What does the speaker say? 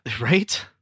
Right